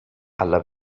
alla